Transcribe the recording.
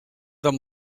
them